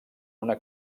una